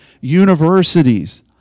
universities